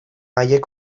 haiek